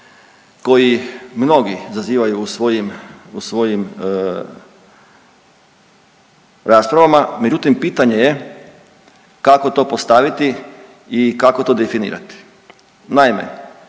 koji mnogi zazivaju u svojim, u svojim raspravama, međutim pitanje je kako to postaviti i kako to definirati. Naime,